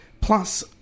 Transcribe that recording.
Plus